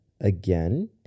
again